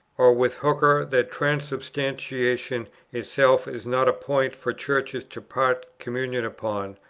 or with hooker that transubstantiation itself is not a point for churches to part communion upon,